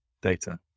data